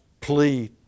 plea